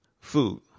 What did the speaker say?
Food